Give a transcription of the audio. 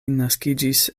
naskiĝis